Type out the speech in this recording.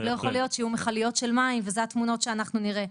לא יכול להיות שיהיו מכליות של מים וזה התמונות שאנחנו נראה.